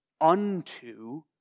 unto